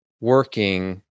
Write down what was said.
working